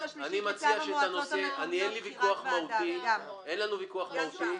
אין לנו ויכוח מהותי.